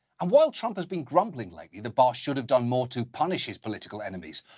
and while trump has been grumbling lately that barr should've done more to punish his political enemies,